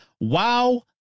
wow